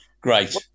great